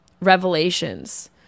revelations